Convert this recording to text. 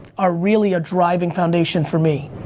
are really a driving foundation for me.